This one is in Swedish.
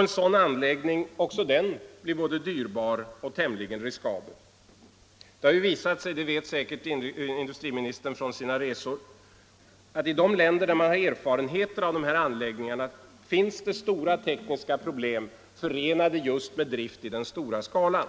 En sådan anläggning blir också den både dyrbar och tämligen riskabel. Det har ju visat sig — det vet industriministern säkert från sina resor — att i de länder där man har erfarenhet av sådana anläggningar finns det stora tekniska problem förenade just med drift i den stora skalan.